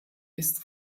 ist